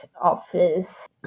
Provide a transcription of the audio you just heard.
Office